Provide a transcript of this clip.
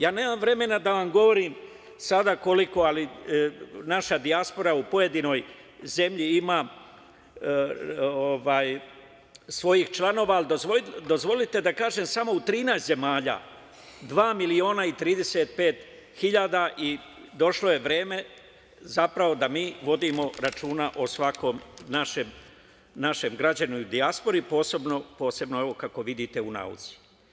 Ja nemam vremena da vam govorim sada koliko naša dijaspora u pojedinoj zemlji ima članova, ali dozvolite da kažem, samo u 13 zemalja 2.035.000 i došlo je vreme da mi vodimo računa o svakom našem građaninu u dijaspori, posebno kako vidite u nauci.